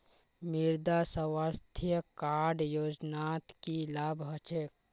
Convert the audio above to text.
मृदा स्वास्थ्य कार्ड योजनात की लाभ ह छेक